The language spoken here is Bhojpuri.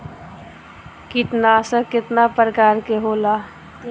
कीटनाशक केतना प्रकार के होला?